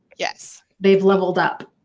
yes. they've leveled up.